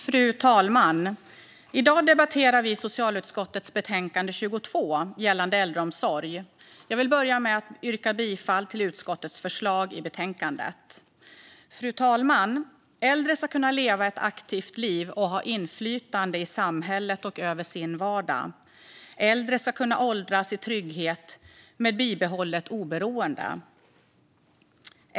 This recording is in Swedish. Fru talman! I dag debatterar vi socialutskottets betänkande 22 Äldreomsorg . Jag vill börja med att yrka bifall till utskottets förslag i betänkandet. Fru talman! Äldre ska kunna leva ett aktivt liv och ha inflytande i samhället och över sin vardag. Äldre ska kunna åldras i trygghet med bibehållet oberoende.